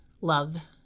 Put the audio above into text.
love